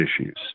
issues